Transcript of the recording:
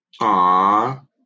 Aww